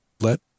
let